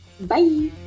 Bye